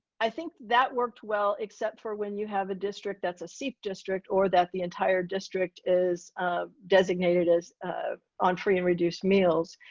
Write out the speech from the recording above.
i think that worked well except for when you have a district that's a seat district or that the entire district is ah designated as um um free and reduced meals.